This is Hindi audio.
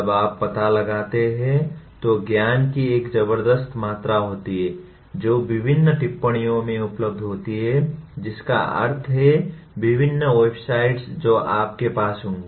जब आप पता लगाते हैं तो ज्ञान की एक जबरदस्त मात्रा होती है जो विभिन्न टिप्पणियो में उपलब्ध होती है जिसका अर्थ है विभिन्न वेबसाइटस जो आपके पास होंगी